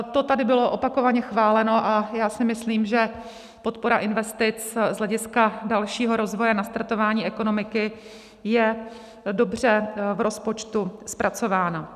To tady bylo opakovaně chváleno a já si myslím, že podpora investic z hlediska dalšího rozvoje, nastartování ekonomiky je dobře v rozpočtu zpracována.